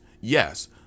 Yes